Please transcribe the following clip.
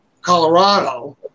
Colorado